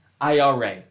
IRA